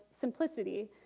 simplicity